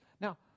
Now